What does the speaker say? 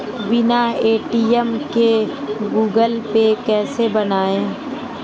बिना ए.टी.एम के Google Pay कैसे बनायें?